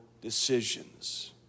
decisions